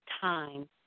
time